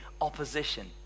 opposition